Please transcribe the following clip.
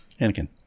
anakin